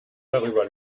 darüber